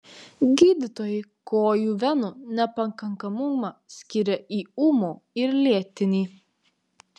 gydytojai kojų venų nepakankamumą skiria į ūmų ir lėtinį